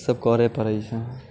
ई सब करै पड़ै छै